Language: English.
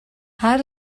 how